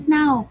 now